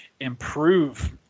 Improve